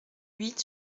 huit